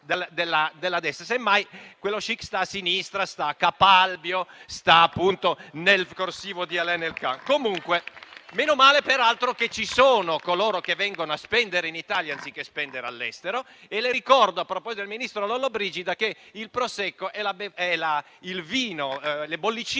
Semmai quello *chic* sta a sinistra, sta a Capalbio, sta nel corsivo di Alain Elkann. Meno male peraltro che ci sono coloro che vengono a spendere in Italia anziché spendere all'estero e le ricordo, a proposito del ministro Lollobrigida, che il prosecco, il vino, le bollicine,